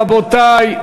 רבותי,